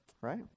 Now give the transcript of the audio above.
right